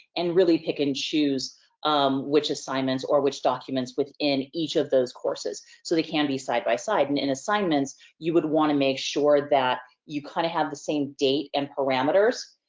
and really pick and choose um which assignments or which documents within each of those courses, so they can be side-by-side. and in assignments you would want to make sure that you kind of have the same date and parameters,